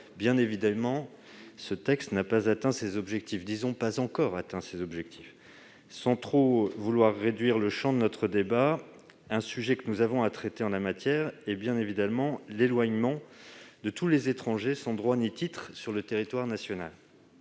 ans après, ce texte n'a pas atteint ses objectifs- disons, pas encore. Sans trop vouloir réduire le champ de notre débat, un sujet que nous avons à traiter en la matière est, bien évidemment, l'éloignement de tous les étrangers sans droit ni titre présents sur le territoire national.